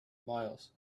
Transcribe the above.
miles